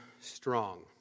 strong